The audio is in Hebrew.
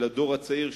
של הדור הצעיר,